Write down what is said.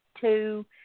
two